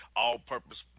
all-purpose